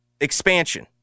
expansion